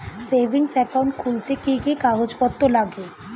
Savings account খুলতে কি কি কাগজপত্র লাগে?